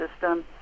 system